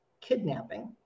kidnapping